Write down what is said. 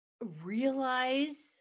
Realize